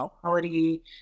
quality